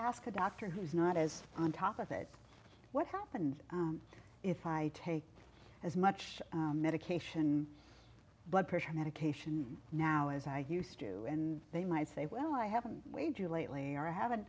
ask a doctor who's not as on top of it what happens if i take as much medication blood pressure medication now as i used to and they might say well i haven't weighed you lately or haven't